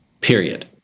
period